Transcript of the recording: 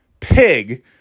pig